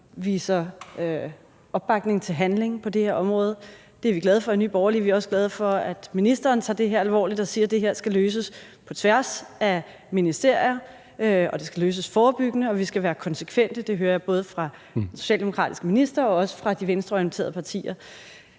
viser opbakning til handling på det her område. Det er vi glade for i Nye Borgerlige, og vi er også glade for, at ministeren tager det her alvorligt og siger, at det her skal løses på tværs af ministerier, det skal løses forebyggende, og vi skal være konsekvente – det hører jeg både fra den socialdemokratiske minister og også fra de venstreorienterede partier.